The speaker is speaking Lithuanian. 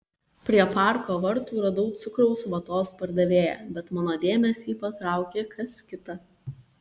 prie parko vartų radau cukraus vatos pardavėją bet mano dėmesį patraukė kas kita